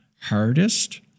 hardest